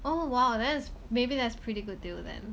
oh !wow! that's maybe that's pretty good deal then